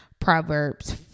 Proverbs